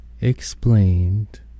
explained